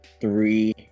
three